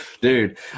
dude